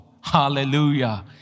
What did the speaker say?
hallelujah